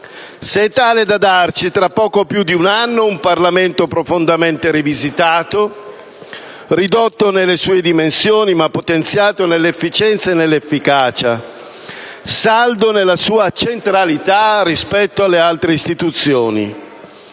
se è tale da darci tra poco più di un anno un Parlamento profondamente rivisitato, ridotto nelle sue dimensioni ma potenziato nell'efficienza e nell'efficacia, saldo nella sua centralità rispetto alle altre istituzioni.